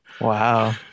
Wow